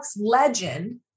legend